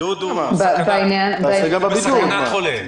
בידוד הוא בסכנת חולה.